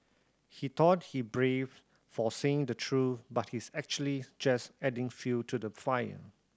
he thought he brave for saying the truth but he's actually just adding fuel to the fire